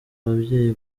ababyeyi